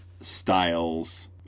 Styles